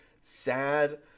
sad